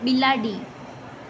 બિલાડી